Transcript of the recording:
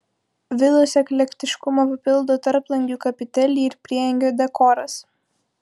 vilos eklektiškumą papildo tarplangių kapiteliai ir prieangio dekoras